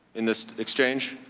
in this exchange?